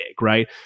Right